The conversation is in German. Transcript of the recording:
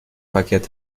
verkehrt